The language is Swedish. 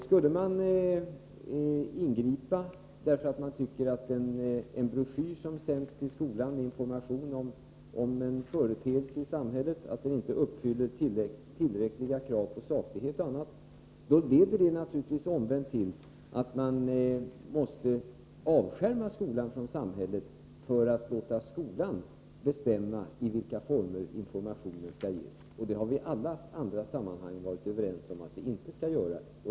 Skulle man ingripa därför att man tycker att en broschyr som sänds till skolan med information om en företeelse i samhället inte uppfyller tillräckliga krav på saklighet m.m., leder det omvänt naturligtvis till att man måste avskärma skolan från samhället och låta skolan bestämma i vilka former informationen skall ges. Detta har vi i alla andra sammanhang varit överens om att vi inte skall göra.